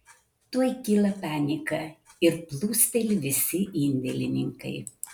tuoj kyla panika ir plūsteli visi indėlininkai